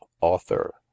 author